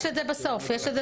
בסוף יש לזה